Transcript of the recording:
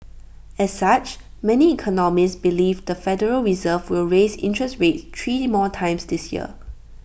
as such many economists believe the federal reserve will raise interest rates three more times this year